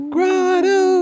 Grotto